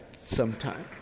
sometime